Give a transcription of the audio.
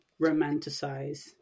romanticize